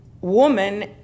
Woman